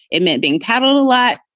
it meant being paddled a lot,